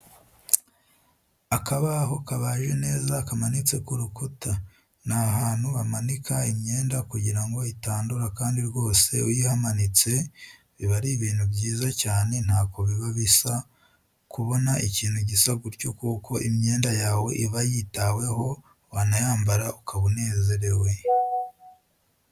Akabaho kabaje neza kamanitse ku rukuta, ni ahantu bamanikaho imyenda kugira ngo itandura kandi rwose iyo uyihamanitse, biba ari ibintu byiza cyane ntako biba bisa kubona ikintu gisa gutyo kuko imyenda yawe iba yitaweho wanayambara ukaba unezerewe.